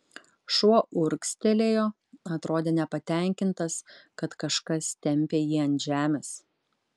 šuo urgztelėjo atrodė nepatenkintas kad kažkas tempia jį ant žemės